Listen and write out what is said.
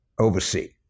oversee